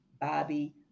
Bobby